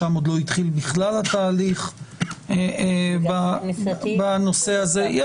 שם עוד לא התחיל בכלל התהליך בנושא הזה.